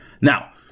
Now